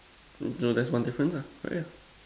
so there's one difference ah correct ah